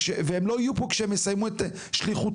והם לא יהיו פה כשהם יסיימו את שליחותם,